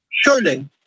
Surely